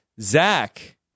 Zach